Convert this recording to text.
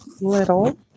little